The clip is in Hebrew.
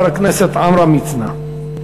חבר הכנסת עמרם מצנע.